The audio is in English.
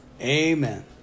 Amen